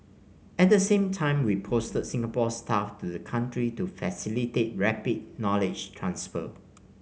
at the same time we posted Singapore staff to the country to facilitate rapid knowledge transfer